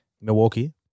Milwaukee